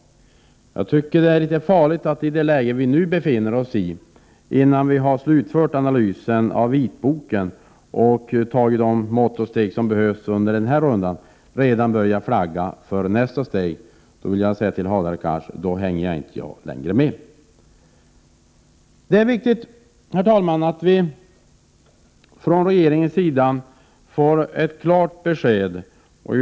Jag tycker det är litet farligt att i det läge som vi nu befinner oss i, innan vi har slutfört analysen av vitboken och vidtagit de mått och steg som behövs under den här rundan, redan börja flagga för nästa steg. Då, vill jag säga till Hadar Cars, hänger inte jag med längre. Herr talman! Det är viktigt att vi från regeringen får ett klart besked.